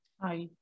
Hi